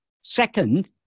Second